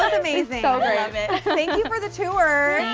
amazing thank you for the tour